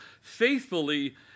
faithfully